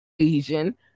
Asian